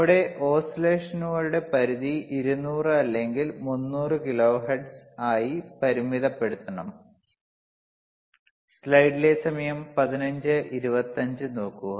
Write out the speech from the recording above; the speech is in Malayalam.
നമ്മളുടെ ഓസിലേഷനുകളുടെ പരിധി 200 അല്ലെങ്കിൽ 300 കിലോഹെർട്സ് ആയി പരിമിതപ്പെടുത്തണം